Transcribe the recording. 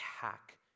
hack